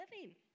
living